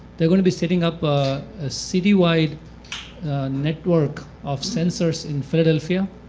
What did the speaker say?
they're going to be setting up a citywide network of sensors in philadelphia